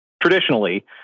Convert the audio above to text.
Traditionally